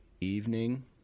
evening